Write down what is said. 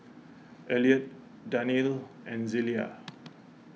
Eliot Danelle and Zelia